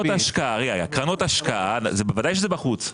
קרנות השקעה, בוודאי שזה בחוץ.